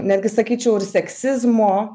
netgi sakyčiau ir seksizmo